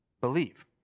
believe